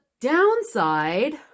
downside